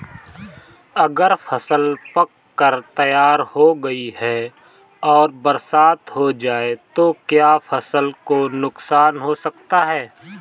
अगर फसल पक कर तैयार हो गई है और बरसात हो जाए तो क्या फसल को नुकसान हो सकता है?